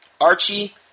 Archie